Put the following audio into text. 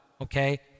okay